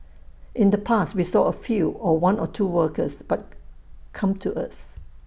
in the past we saw A few or one or two workers but come to us